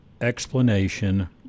explanation